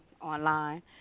online